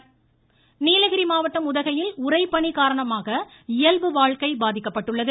Nilgiri voice Nilgiri மாவட்டம் உதகையில் உறைபனி காரணமாக இயல்பு வாழ்க்கை பாதிக்கப்பட்டுள்ளது